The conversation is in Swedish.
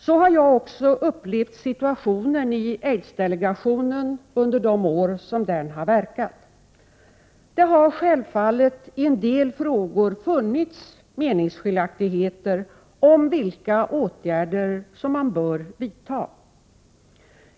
Så har jag också upplevt situationen i aidsdelegationen under de år den verkat. Det har självfallet i en del frågor funnits meningsskiljaktigheter om vilka åtgärder som man bör vidta.